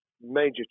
major